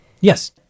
Yes